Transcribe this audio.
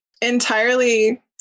entirely